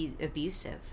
abusive